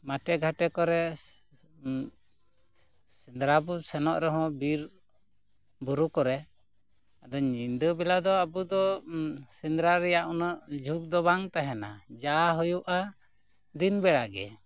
ᱢᱟᱴᱮ ᱜᱷᱟᱴᱮ ᱠᱚᱨᱮ ᱥᱮᱫᱽᱨᱟ ᱵᱚ ᱥᱮᱱᱚᱜ ᱨᱮᱦᱚᱸ ᱵᱤᱨ ᱵᱩᱨᱩ ᱠᱚᱨᱮ ᱟᱫᱚ ᱧᱤᱫᱟᱹ ᱵᱮᱞᱟ ᱫᱚ ᱟᱵᱚ ᱫᱚ ᱥᱮᱫᱽᱨᱟ ᱨᱮᱭᱟᱜ ᱩᱱᱟᱹᱜ ᱡᱷᱩᱠ ᱫᱚ ᱵᱟᱝ ᱛᱟᱦᱮᱸᱱᱟ ᱡᱟ ᱦᱩᱭᱩᱜᱼᱟ ᱫᱤᱱ ᱵᱮᱲᱟ ᱜᱮ